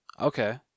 Okay